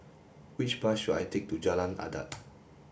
which bus should I take to Jalan Adat